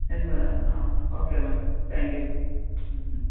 എൺപതോ ആ okay ma'am thank you hmm hmm hmm